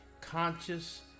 conscious